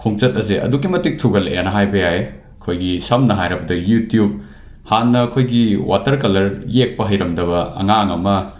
ꯈꯣꯡꯆꯠ ꯑꯁꯤ ꯑꯗꯨꯛꯀꯤ ꯃꯇꯤꯛ ꯊꯨꯒꯠꯂꯛꯂꯦꯅ ꯍꯥꯏꯕ ꯌꯥꯏ ꯑꯩꯈꯣꯏꯒꯤ ꯁꯝꯅ ꯍꯥꯏꯔꯕꯗ ꯌꯨꯇꯤꯌꯨꯞ ꯍꯥꯟꯅ ꯑꯩꯈꯣꯏꯒꯤ ꯋꯥꯇꯔ ꯀꯂꯔ ꯌꯦꯛꯄ ꯍꯩꯔꯝꯗꯕ ꯑꯉꯥꯡ ꯑꯃ